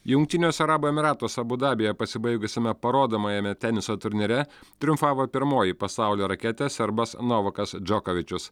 jungtiniuose arabų emyratuose abu dabyje pasibaigusiame parodomajame teniso turnyre triumfavo pirmoji pasaulio raketė serbas novakas džokovičius